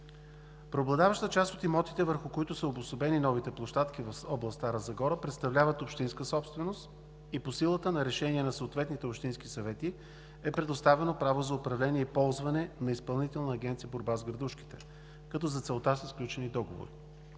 Преобладаващата част от имотите, върху които са обособени новите площадки в област Стара Загора, представляват общинска собственост и по силата на решение на съответните общински съвети правото за управление и ползване е предоставено на Изпълнителна агенция „Борба с градушките“, като за целта са сключени договори.